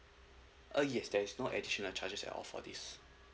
uh yes there is no additional charges at all for this